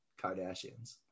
Kardashians